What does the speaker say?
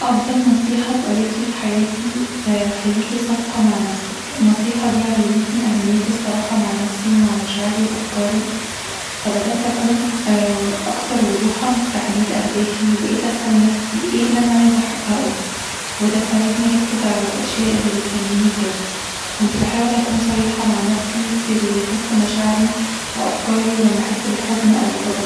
أفضل نصيحة اتقالتلي هي "خليكي صادقه مع نفسك". النصيحة دي علمتني أهمية الصراحة مع نفسي ومع مشاعري وأفكاري، فبدأت أكون أكثر وضوحًا في تحديد أهدافي. وبقيت أسأل نفسي إيه اللي أنا عايز أحققه؟ وده ساعدني أركز على الأشياء اللي بتهمني بجد كنت بحاول أكون صريحه مع نفسي في اللي يخص مشاعري وأفكاري لما أحس بالحزن أو الغضب